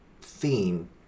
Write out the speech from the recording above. theme